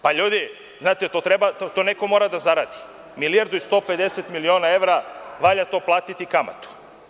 Pa ljudi, znate to treba, to neko mora da zaradi, milijardu i 150 miliona evra, valja to platiti kamatu.